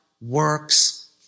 works